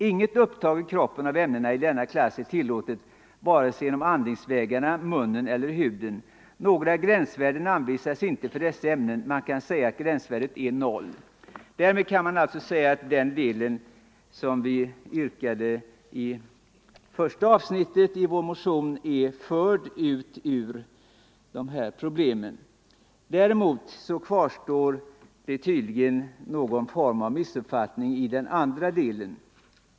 Inget upptag i kroppen av ämnen i denna klass är tillåtet vare sig genom andningsvägarna eller huden. Några gräns 103 värden anges inte för dessa ämnen. Man kan alltså säga att gränsvärdet är 0. — Därmed är det första yrkandet i vår motion avfört ur debatten. Däremot kvarstår det tydligen någon form av missuppfattning när det gäller den andra delen av motionen.